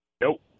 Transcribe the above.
Nope